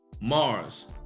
Mars